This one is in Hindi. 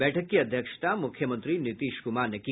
बैठक की अध्यक्षता मुख्यमंत्री नीतीश कुमार ने की